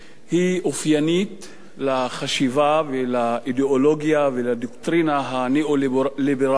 היא אופיינית לחשיבה ולאידיאולוגיה ולדוקטרינה הניאו-ליברלית,